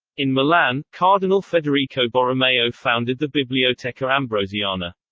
in milan, cardinal federico borromeo founded the biblioteca ambrosiana.